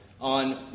on